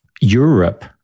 Europe